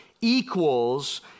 equals